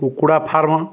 କୁକୁଡ଼ା ଫାର୍ମ